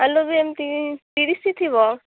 ଆଳୁ ବି ଏମିତି ତିରିଶ ଥିବ